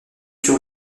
sur